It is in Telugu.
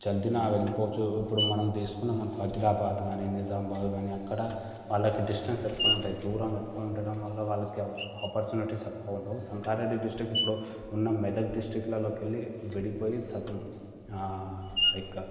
జల్దినా వెళ్ళిపోవచ్చు ఇప్పుడు మనం తీసుకున్నాము అనుకో అదిలాబాద్ కానీ నిజామాబాద్ కానీ అక్కడ వాళ్ళకి డిస్టెన్స్ ఎక్కువ ఉంటుంది దూరం ఎక్కువ ఉండటం వల్ల వాళ్ళకి ఆపర్చ్యునిటీస్ ఎక్కువ ఉండవు సంగారెడ్డి డిస్ట్రిక్ట్ ఇప్పుడు ఉన్న మెదక్ డిస్ట్రిక్లలోకి వెళ్ళి విడిపోయి సగం లైక్